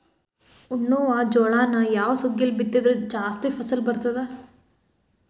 ಉಣ್ಣುವ ಜೋಳವನ್ನು ಯಾವ ಸುಗ್ಗಿಯಲ್ಲಿ ಬಿತ್ತಿದರೆ ಜಾಸ್ತಿ ಫಸಲು ಬರುತ್ತದೆ?